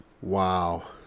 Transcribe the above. Wow